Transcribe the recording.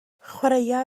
chwaraea